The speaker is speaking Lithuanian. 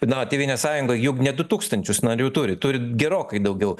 na tėvynės sąjunga juk ne du tūkstančius narių turi turi gerokai daugiau